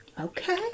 Okay